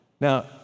Now